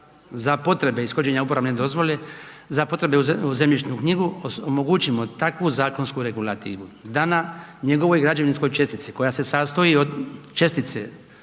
za potrebe ishođenja uporabne dozvole, za potrebe u zemljišnu knjigu omogućimo takvu zakonsku regulativu da na njegovoj građevinskoj čestici koja se sastoji od čestice